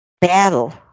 Battle